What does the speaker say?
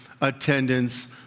attendance